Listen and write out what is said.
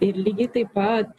ir lygiai taip pat